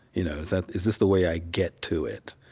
you know. is that is this the way i get to it?